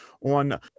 on